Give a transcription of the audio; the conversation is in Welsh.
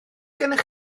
gennych